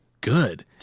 good